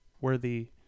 worthy